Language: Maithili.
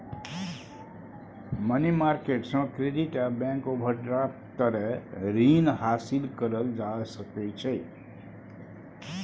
मनी मार्केट से क्रेडिट आ बैंक ओवरड्राफ्ट तरे रीन हासिल करल जा सकइ छइ